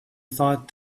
thought